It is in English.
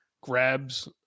grabs